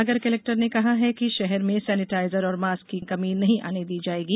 सागर collector ने कहा है कि शहर में सैनेटाइजर और मास्क की कमी नहीं आने दी जायेगी